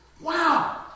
Wow